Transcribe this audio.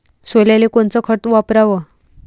सोल्याले कोनचं खत वापराव?